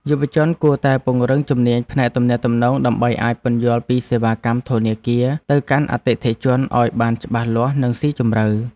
យុវជនគួរតែពង្រឹងជំនាញផ្នែកទំនាក់ទំនងដើម្បីអាចពន្យល់ពីសេវាកម្មធនាគារទៅកាន់អតិថិជនឱ្យបានច្បាស់លាស់និងស៊ីជម្រៅ។